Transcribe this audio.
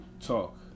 talk